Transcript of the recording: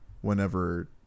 whenever